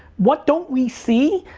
what don't we see?